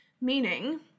meaning